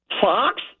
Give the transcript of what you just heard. Fox